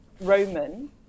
Roman